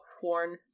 horn